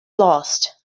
lost